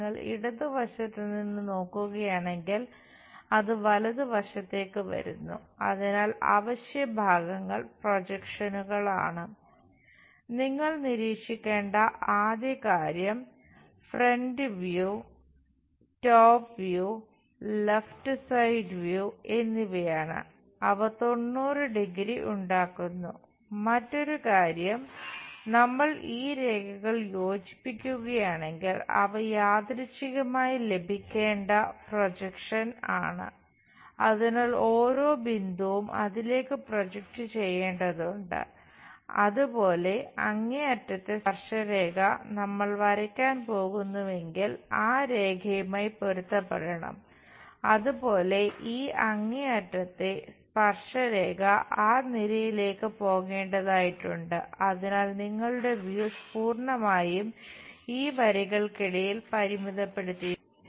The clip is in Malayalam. നിങ്ങൾ നിരീക്ഷിക്കേണ്ട ആദ്യ കാര്യം ഫ്രണ്ട് വ്യൂ പൂർണമായും ഈ വരികൾക്കിടയിൽ പരിമിതപ്പെടുത്തിയിരിക്കുന്നു